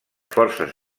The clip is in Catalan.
forces